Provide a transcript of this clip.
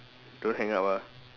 don't hang up ah